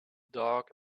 dog